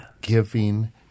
giving